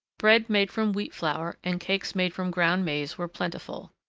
bread made from wheat flour and cakes made from ground maize were plentiful.